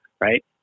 right